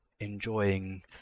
enjoying